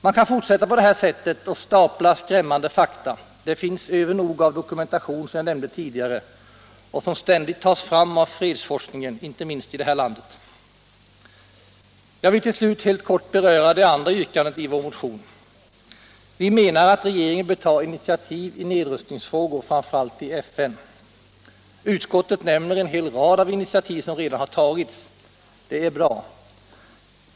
Jag kunde fortsätta på det här sättet och stapla skrämmande fakta; det finns övernog av dokumentation, såsom jag nämnde tidigare, som ständigt tas fram av fredsforskningen, inte minst i det här landet. Jag vill till slut helt kort beröra det andra yrkandet i vår motion. Vi menar att regeringen bör ta initiativ i nedrustningsfrågor, framför allt i FN. Utskottet nämner en hel rad av initiativ som redan har tagits. Det är bra.